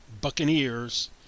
Buccaneers